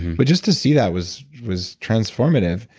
but just to see that was was transformative.